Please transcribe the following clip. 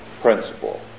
principle